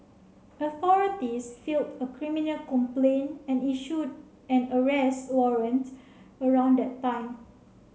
authorities filed a criminal complaint and issued an arrest warrant around that time